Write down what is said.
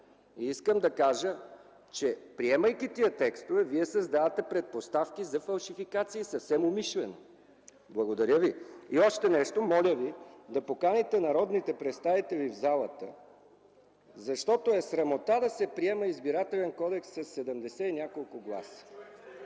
искам да кажа, че приемайки тези текстове, вие създавате предпоставки за фалшификации съвсем умишлено. И още нещо – моля Ви да поканите народните представители в залата, защото е срамота да се приема Избирателен кодекс със седемдесет и няколко гласа.